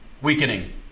weakening